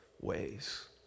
ways